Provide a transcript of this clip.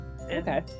Okay